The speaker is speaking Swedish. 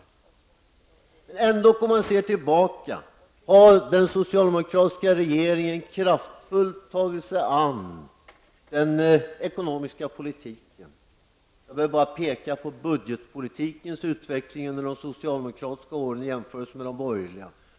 Men om man ser tillbaka har den socialdemokratiska regeringen kraftfullt tagit sig an den ekonomiska politiken. Jag behöver bara peka på budgetpolitikens utveckling under de socialdemokratiska regeringsåren jämfört med de borgerliga regeringsåren.